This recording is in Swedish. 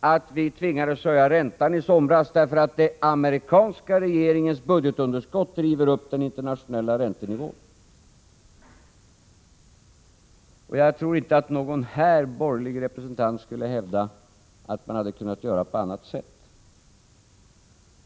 att vi i somras tvingades höja räntan, därför att den amerikanska regeringens budgetunderskott driver upp den internationella räntenivån. Jag tror inte att någon borgerlig representant här skulle vilja hävda att man hade kunnat göra på annat sätt.